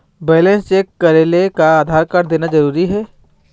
Balance check करेले का Aadhaar card देना जरूरी हे?